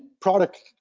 product